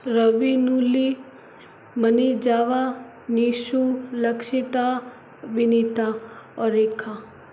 रवि नूली मनीष जावा नीशू लक्षिता विनीता और रेखा